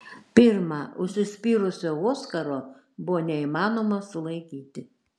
pirma užsispyrusio oskaro buvo neįmanoma sulaikyti